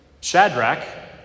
Shadrach